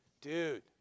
dude